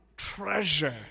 Treasure